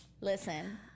Listen